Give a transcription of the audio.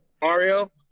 Mario